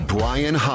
Brian